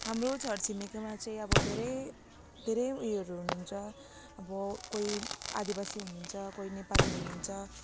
हाम्रो छर छिमेकीमा चाहिँ अब धेरै धेरै उयोहरू हुनु हुन्छ अब कोही आदिवासी हुनु हुन्छ कोही नेपाली हुनु हुन्छ